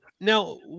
now